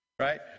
Right